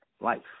life